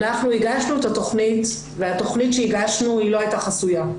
אנחנו הגשנו את התכנית והתכנית שהגשנו לא הייתה חסויה.